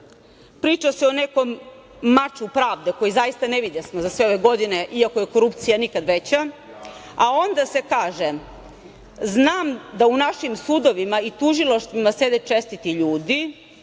priča se o nekom maču pravde koji zaista ne videsmo za sve ove godine, iako je korupcija nikad veća, a onda se kaže – znam da u našim sudovima i tužilaštvima sede čestiti ljudi,